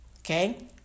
Okay